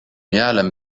يعلم